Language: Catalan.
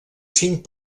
cinc